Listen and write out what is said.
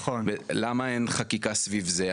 למה אין חקיקה סביב זה?